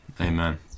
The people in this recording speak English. Amen